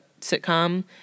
sitcom